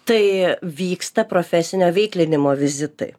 tai vyksta profesinio veiklinimo vizitai